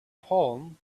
palm